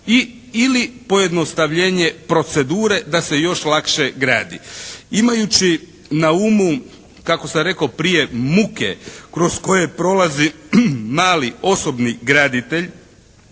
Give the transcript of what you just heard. ili pojednostavljenje procedure da se još lakše gradi. Imajući na umu kako sam rekao prije muke kroz koje prolazi mali, osobni graditelj,